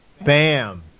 Bam